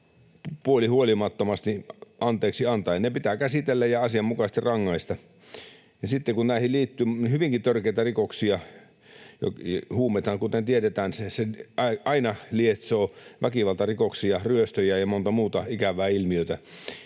puolihuolimattomasti anteeksi antaen. Ne pitää käsitellä ja asianmukaisesti rangaista. Ja sitten kun näihin liittyy hyvinkin törkeitä rikoksia ja huumeita, kuten tiedetään, se aina lietsoo väkivaltarikoksia, ryöstöjä ja monta muuta ikävää ilmiötä,